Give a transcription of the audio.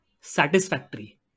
satisfactory